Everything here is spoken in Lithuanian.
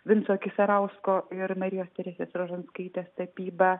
vinco kisarausko ir marijos teresės rožanskaitės tapybą